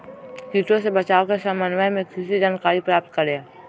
किटो से बचाव के सम्वन्ध में किसी जानकारी प्राप्त करें?